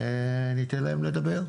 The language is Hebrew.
וניתן להם לדבר.